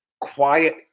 quiet